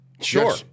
Sure